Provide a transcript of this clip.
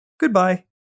goodbye